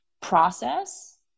process